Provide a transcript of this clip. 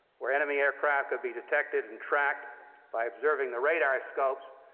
where enemy aircraft could be detected and tracked by observing the radar scopes,